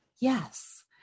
yes